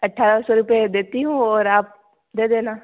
अठारह सौ रुपये देती हूँ और आप दे देना